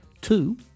Two